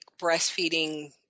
breastfeeding